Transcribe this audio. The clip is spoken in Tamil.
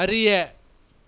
அறிய